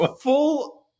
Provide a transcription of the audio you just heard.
full